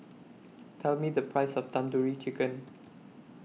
Tell Me The Price of Tandoori Chicken